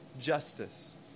justice